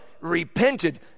repented